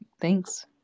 Thanks